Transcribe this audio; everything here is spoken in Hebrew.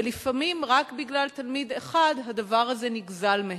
ולפעמים רק בגלל תלמיד אחד הדבר הזה נגזל מהם.